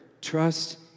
Trust